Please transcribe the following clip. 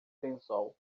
pensou